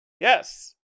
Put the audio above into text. yes